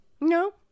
No